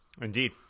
Indeed